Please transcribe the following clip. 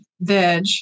veg